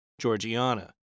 Georgiana